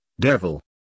Devil